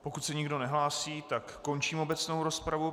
Pokud se nikdo nehlásí, tak končím obecnou rozpravu.